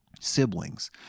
siblings